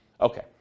okay